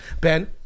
Ben